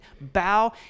bow